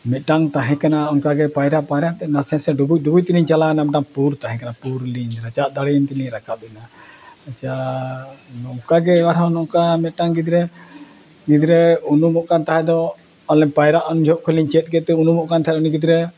ᱢᱤᱫᱴᱟᱝ ᱛᱟᱦᱮᱸ ᱠᱟᱱᱟ ᱚᱱᱠᱟ ᱜᱮ ᱯᱟᱭᱨᱟ ᱯᱟᱭᱨᱟ ᱛᱮ ᱱᱟᱥᱮ ᱱᱟᱥᱮ ᱰᱩᱵᱩᱡ ᱰᱩᱵᱩᱡᱛᱮ ᱞᱤᱧ ᱪᱟᱞᱟᱣ ᱮᱱᱟ ᱢᱤᱫᱴᱟᱝ ᱯᱩᱨ ᱛᱟᱦᱮᱸ ᱠᱟᱱᱟ ᱯᱩᱨ ᱨᱤᱞᱤᱧ ᱨᱟᱪᱟᱜ ᱫᱟᱲᱮᱭᱮᱱ ᱛᱮᱞᱤᱧ ᱨᱟᱠᱟᱵ ᱮᱱᱟ ᱟᱪᱪᱷᱟ ᱱᱚᱝᱠᱟ ᱜᱮ ᱵᱟᱠᱷᱟᱱ ᱱᱚᱝᱠᱟ ᱢᱤᱫᱴᱟᱝ ᱜᱤᱫᱽᱨᱟᱹ ᱜᱤᱫᱽᱨᱟᱹ ᱩᱱᱩᱢᱚᱜ ᱠᱟᱱ ᱛᱟᱦᱮᱸᱫ ᱫᱚ ᱟᱹᱞᱤᱧ ᱯᱟᱭᱨᱟᱜ ᱩᱱᱡᱚᱠᱷᱚᱱ ᱠᱷᱚᱱ ᱞᱤᱧ ᱪᱮᱫ ᱠᱮᱫᱛᱮ ᱩᱱᱩᱢᱚᱜ ᱠᱟᱱ ᱛᱟᱦᱮᱸᱫ ᱮ ᱩᱱᱤ ᱜᱤᱫᱽᱨᱟᱹ